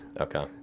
Okay